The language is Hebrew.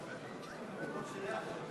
הכנסת, נא